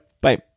Bye